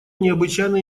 необычайно